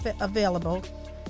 available